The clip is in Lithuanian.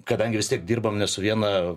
kadangi vis tiek dirbam ne su viena